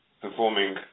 performing